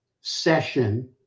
session